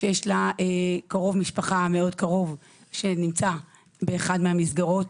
שיש לה קרוב משפחה שנמצא באחת המסגרות,